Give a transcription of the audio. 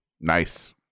Nice